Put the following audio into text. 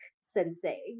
sensei